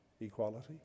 equality